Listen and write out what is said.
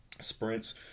sprints